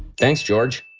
thanks george!